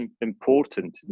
important